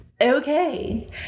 Okay